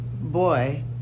boy